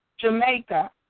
Jamaica